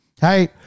hey